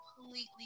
completely